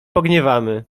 pogniewamy